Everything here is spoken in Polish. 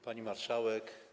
Pani Marszałek!